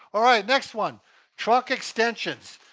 all right, next one trunk extensions.